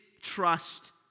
trust